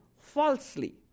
falsely